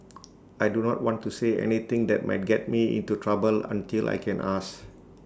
I do not want to say anything that might get me into trouble until I can ask